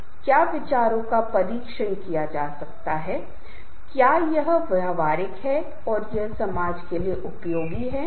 इसलिए अनौपचारिक चर्चा के माध्यम से कई बार यह बहुत महत्वपूर्ण काम हो जाता है जो आमतौर पर औपचारिक समूहों में किया जाता है